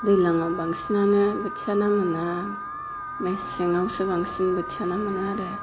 दैज्लाङाव बांसिनानो बोथिया ना मोना मेसेङावसो बांसिन बोथिया ना मोनो आरो